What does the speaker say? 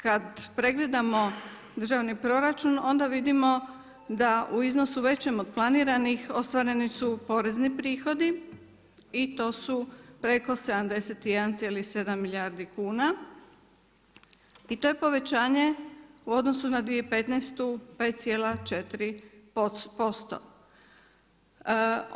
Kad pregledamo državni proračun onda vidimo da u iznosu većem od planiranih ostvareni su porezni prihodi i to su preko 71,7 milijardi kuna i to je povećanje u odnosu na 2015. 5,4%